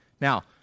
Now